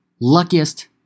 Luckiest